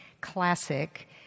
classic